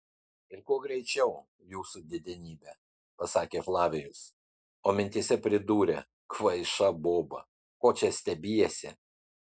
ir kuo greičiau jūsų didenybe pasakė flavijus o mintyse pridūrė kvaiša boba ko čia stebiesi